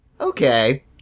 okay